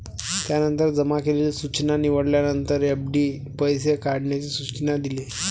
त्यानंतर जमा केलेली सूचना निवडल्यानंतर, एफ.डी पैसे काढण्याचे सूचना दिले